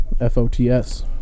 F-O-T-S